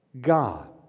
God